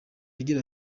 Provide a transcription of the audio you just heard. agira